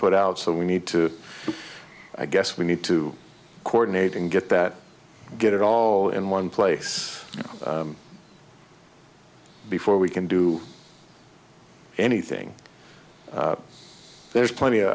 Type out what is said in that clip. put out so we need to i guess we need to coordinate and get that get it all in one place before we can do anything there's plenty of